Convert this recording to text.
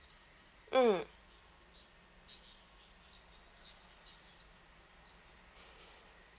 mm